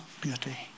beauty